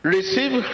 Receive